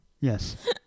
Yes